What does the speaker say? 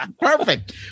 Perfect